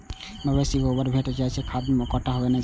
मवेशी सं गोबरो भेटै छै, जइसे खाद आ गोइठा बनै छै